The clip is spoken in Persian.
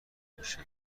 میشه